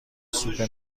سوپ